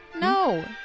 No